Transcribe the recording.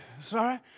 Sorry